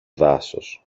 δάσος